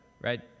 right